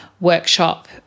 workshop